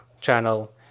channel